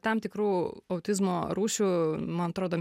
tam tikrų autizmo rūšių man atrodo